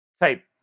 type